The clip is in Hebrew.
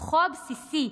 וכוחו הבסיסי,